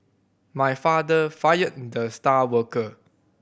my father fired the star worker